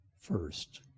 first